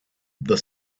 the